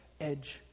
edge